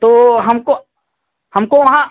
तो हमको हमको वहाँ